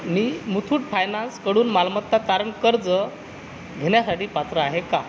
मी मुथ्थूट फायनान्सकडून मालमत्ता तारण कर्ज घेण्यासाठी पात्र आहे का